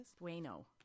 Bueno